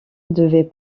devait